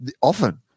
often